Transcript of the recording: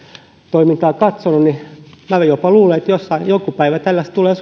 toimintaa katsonut niin jopa luulen että jossain joku päivä tällaista tulee